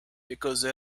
because